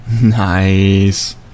Nice